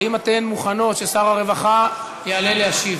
האם אתן מוכנות ששר הרווחה יעלה להשיב?